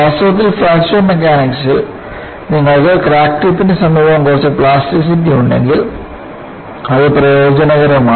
വാസ്തവത്തിൽ ഫ്രാക്ചർ മെക്കാനിക്സിൽ നിങ്ങൾക്ക് ക്രാക്ക് ടിപ്പിന് സമീപം കുറച്ച് പ്ലാസ്റ്റിസിറ്റി ഉണ്ടെങ്കിൽ അത് പ്രയോജനകരമാണ്